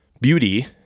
beauty